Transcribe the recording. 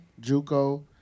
JUCO